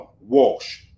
Walsh